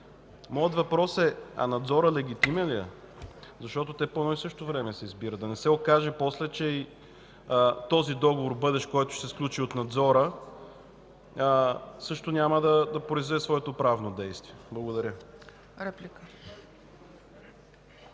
Въпросът ми е: Надзорът легитимен ли е, защото те по едно и също време се избират? Да не се окаже после, че и бъдещият договор, който ще се сключи от Надзора, също няма да произведе своето правно действие. Благодаря.